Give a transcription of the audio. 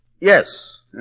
Yes